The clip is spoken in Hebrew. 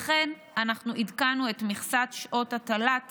לכן, עדכנו את מכסת שעות התל"ת